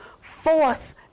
force